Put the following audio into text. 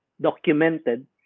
documented